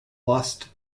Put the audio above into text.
lost